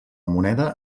moneda